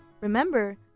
Remember